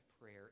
prayer